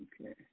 Okay